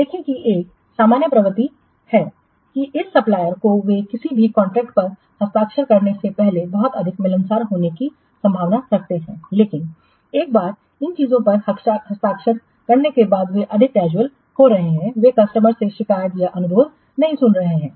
देखें कि यह सामान्य प्रवृत्ति है इस सप्लायरको वे किसी भी कॉन्ट्रैक्ट पर हस्ताक्षर करने से पहले बहुत अधिक मिलनसार होने की संभावना रखते हैं लेकिन एक बार इन चीजों पर हस्ताक्षर करने के बाद वे बहुत अधिक कैजुअल हो रहे हैं वे कस्टमर से शिकायत या अनुरोध नहीं सुन सकते हैं